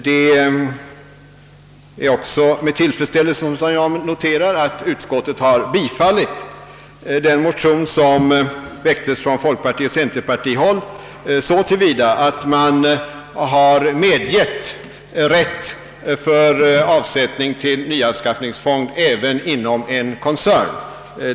Jag noterar med tillfredsställelse att utskottet så till vida har tillstyrkt den motion som har väckts från folkpartioch centerpartihåll, att man vill medge rätt till användning av sådan nyanskaffningsfond även inom annat företag inom en koncern.